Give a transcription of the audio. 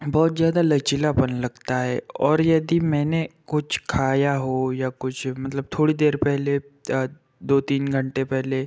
बहुत जादा लचिलापन लगता है और यदि मैंने कुछ खाया हो या कुछ मतलब थोड़ी देर पहले त दो तीन घंटे पहले